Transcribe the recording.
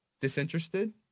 disinterested